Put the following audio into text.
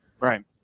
Right